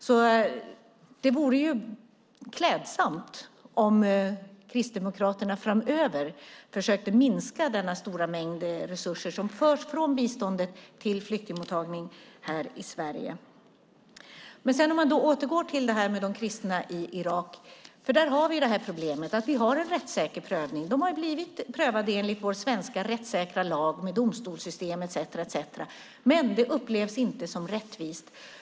Därför vore det klädsamt om Kristdemokraterna framöver försökte minska denna stora mängd resurser som förs från biståndet till flyktingmottagning här i Sverige. Sedan kan man återgå till de kristna i Irak. Där har vi det här problemet. Vi har en rättssäker prövning. De har blivit prövade enligt vår svenska rättssäkra lag med domstolssystem etcetera. Men det upplevs inte som rättvist.